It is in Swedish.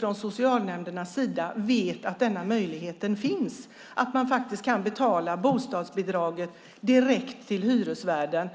från socialnämndernas sida vet de inte ens att denna möjlighet finns, att de kan betala bostadsbidraget direkt till hyresvärden.